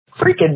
freaking